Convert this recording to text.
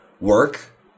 work